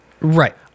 Right